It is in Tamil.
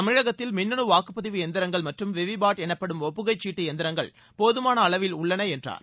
தமிழகத்தில் மின்னனு வாக்குப்பதிவு எந்திரங்கள் மற்றும் விவிபாட் எனப்படும் ஒப்புகைச் சீட்டு எந்திரங்கள் போதமான அளவில் உள்ளன என்றார்